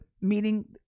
meaning